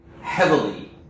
heavily